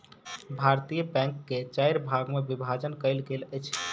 भारतीय बैंक के चाइर भाग मे विभाजन कयल गेल अछि